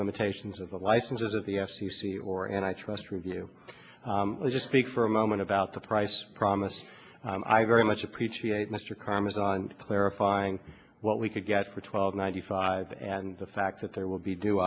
limitations of the licenses of the f c c or and i trust review is just speak for a moment about the price promise i very much appreciate mr karmas on clarifying what we could get for twelve ninety five and the fact that there will be do